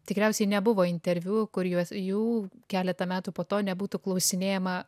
tikriausiai nebuvo interviu kur juos jų keletą metų po to nebūtų klausinėjama